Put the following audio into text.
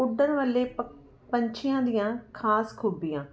ਉੱਡਣ ਵਾਲੇ ਪ ਪੰਛੀਆਂ ਦੀਆਂ ਖਾਸ ਖੂਬੀਆਂ